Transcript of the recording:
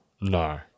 No